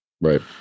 Right